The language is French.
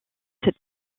cette